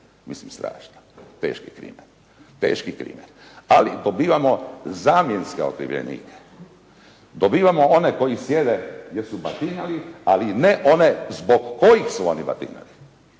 Mislim strašno. Teški primjer. Ali dobivamo zamjenske okrivljenike. Dobivamo one koji sjede jer su batinjali ali ne one zbog kojih su oni batinjani.